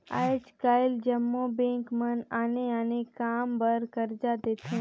आएज काएल जम्मो बेंक मन आने आने काम बर करजा देथे